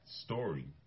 story